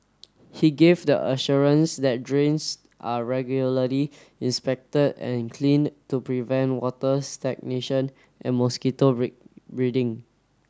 he gave the assurance that drains are regularly inspected and cleaned to prevent water stagnation and mosquito breeding